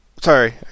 sorry